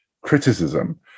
criticism